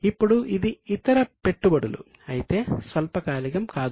ఇప్పుడు ఇది ఇతర పెట్టుబడులు అయితే స్వల్పకాలికం కాదు